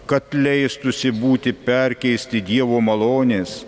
kad leistųsi būti perkeisti dievo malonės